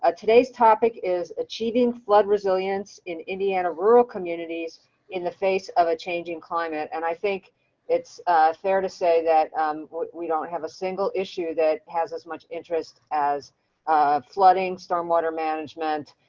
ah today's topic is achieving flood resilience resilience in indiana rural communities in the face of a changing climate. and i think it's fair to say that we don't have a single issue that has as much interest as flooding, storm water management,